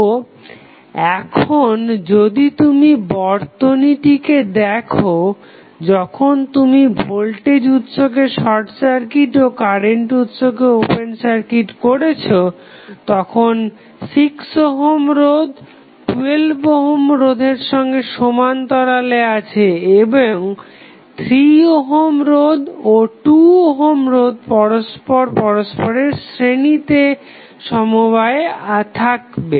তো এখন যদি তুমি বর্তনীটি দেখো যখন তুমি ভোল্টেজ উৎসকে শর্ট সার্কিট ও কারেন্ট উৎসকে ওপেন সার্কিট করছো তখন 6 ওহম রোধ 12 ওহম রোধের সঙ্গে সমান্তরাল হচ্ছে এবং 3 ওহম রোধ ও 2 ওহম রোধ পরস্পর পরস্পরের শ্রেণীতে সমবায়ে থাকছে